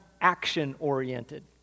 action-oriented